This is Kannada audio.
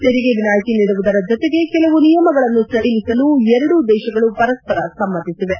ತೆರಿಗೆ ವಿನಾಯಿತಿ ನೀಡುವುದರ ಜತೆಗೆ ಕೆಲವು ನಿಯಮಗಳನ್ನು ಸಡಿಲಿಸಲು ಎರಡೂ ದೇಶಗಳು ಪರಸ್ಪರ ಸಮ್ಮತಿಸಿವೆ